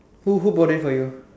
who who bought it for you